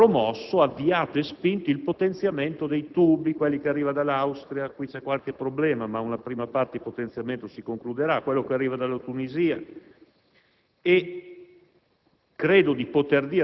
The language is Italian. Abbiamo promosso, avviato e spinto il potenziamento dei tubi, pensiamo ai tubi che arrivano dall'Austria (qui c'è qualche problema, ma una prima parte di potenziamento si concluderà) e a quelli che arrivano dalla Tunisia e